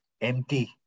empty